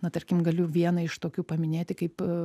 na tarkim galiu vieną iš tokių paminėti kaip